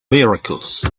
miracles